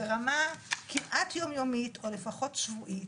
ברמה כמעט יום-יומית או לפחות שבועית,